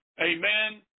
Amen